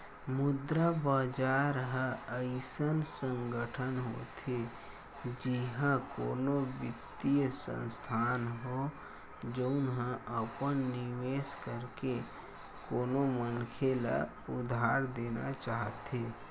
मुद्रा बजार ह अइसन संगठन होथे जिहाँ कोनो बित्तीय संस्थान हो, जउन ह अपन निवेस करके कोनो मनखे ल उधार देना चाहथे